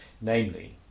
namely